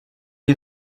you